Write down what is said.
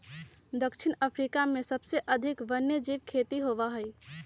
दक्षिण अफ्रीका में सबसे अधिक वन्यजीव खेती होबा हई